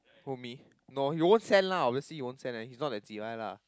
who me no he won't send lah obviously he won't send leh he is not that cheebye lah